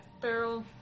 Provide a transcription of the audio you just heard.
Barrel